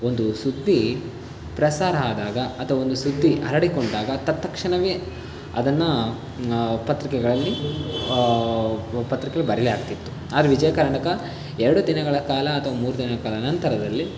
ಒಂದು ಸುದ್ದಿ ಪ್ರಸಾರ ಆದಾಗ ಅತವೊಂದು ಸುದ್ದಿ ಹರಡಿಕೊಂಡಾಗ ತತ್ತಕ್ಷಣವೇ ಅದನ್ನು ಪತ್ರಿಕೆಗಳಲ್ಲಿ ಪತ್ರಿಕೆಯಲ್ಲಿ ಬರೆಯಲಾಗ್ತಿತ್ತು ಆದರೆ ವಿಜಯ ಕರ್ನಾಟಕ ಎರಡು ದಿನಗಳ ಕಾಲ ಅಥವಾ ಮೂರು ದಿನಗಳ ಕಾಲ ನಂತರದಲ್ಲಿ